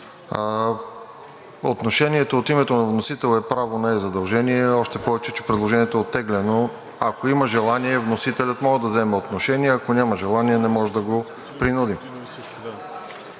Отношението от името на вносител е право, а не е задължение, още повече че предложението е оттеглено. Ако има желание, вносителят може да вземе отношение, ако няма желание, не можем да го принудим.